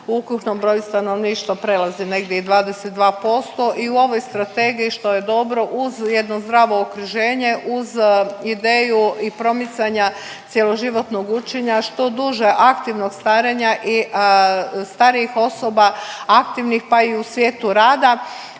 u ukupnom broju stanovništva prelazi negdje i 22% i u ovoj Strategiji, što je dobro, uz jedno zdravo okruženje, uz ideju i promicanja cjeloživotnog učenja što duže aktivnog starenja i starijih osoba aktivnih, pa i u svijetu rada,